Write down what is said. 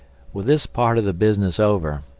with this part of the business over,